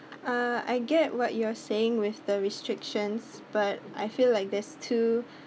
uh I get what you're saying with the restrictions but I feel like there's two